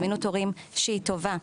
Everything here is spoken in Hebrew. זמינות טורים שהיא טובה,